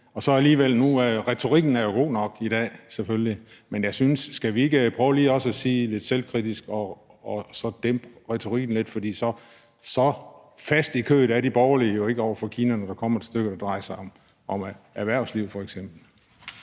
sig om Kina? Retorikken er jo god nok i dag, selvfølgelig, men jeg synes, at man også lige skulle prøve at være lidt selvkritisk og dæmpe retorikken lidt, for så faste i kødet er de borgerlige jo ikke over for Kina, når det kommer til stykket, og når det drejer sig om f.eks. erhvervslivet. Kl.